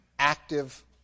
active